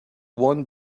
one